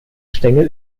stängel